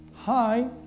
Hi